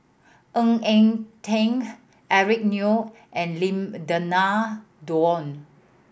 Ng Eng Teng Eric Neo and Lim Denan Denon